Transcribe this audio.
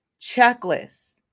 Checklist